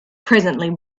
presently